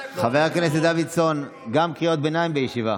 הכנסת דוידסון, גם קריאות ביניים, בישיבה.